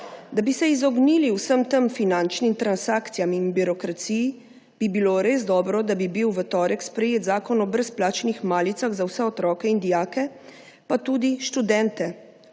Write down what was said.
Da bi se izognili vsem tem finančnim transakcijam in birokraciji, bi bilo res dobro, da bi bil v torek sprejet zakon o brezplačnih malicah za vse otroke in dijake pa tudi študente,